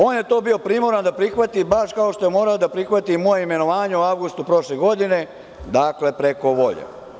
On je to bio primoran da prihvati, baš kao što je morao da prihvati i moje imenovanje u avgustu prošle godine, dakle, preko volje.